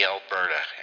Alberta